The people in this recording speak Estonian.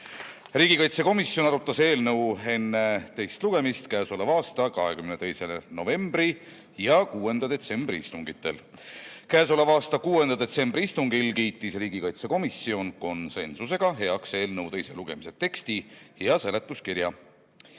Riigikaitsekomisjon arutas eelnõu enne teist lugemist k.a 22. novembri ja 6. detsembri istungil. Oma 6. detsembri istungil kiitis riigikaitsekomisjon (konsensusega) heaks eelnõu teise lugemise teksti ja seletuskirja.